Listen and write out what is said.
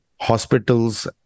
Hospitals